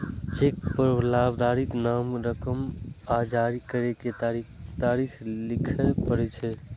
cheque पर लाभार्थीक नाम, रकम आ जारी करै के तारीख लिखय पड़ै छै